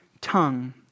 tongue